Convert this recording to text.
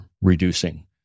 reducing